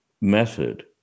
method